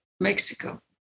Mexico